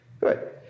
good